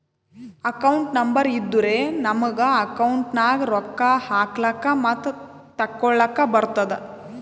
account number ಇದ್ದುರೆ ನಮುಗ account ನಾಗ್ ರೊಕ್ಕಾ ಹಾಕ್ಲಕ್ ಮತ್ತ ತೆಕ್ಕೊಳಕ್ಕ್ ಬರ್ತುದ್